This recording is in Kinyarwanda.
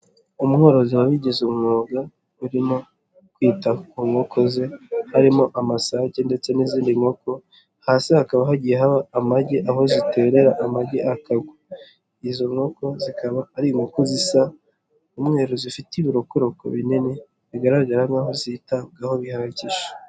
Umworozi wabigize umwuga urimo kwita ku nkoko ze harimo amasake ndetse n'izindi nkoko. Hasi hakaba hagiye haba amagi aho ziterera amagi akagwa. Izo nkoko zikaba ari inkoko zisa umweru zifite ibirokoko binini bigaragara nkaho zitabwaho bihagije.